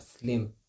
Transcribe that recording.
slim